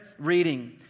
reading